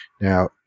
now